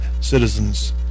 citizens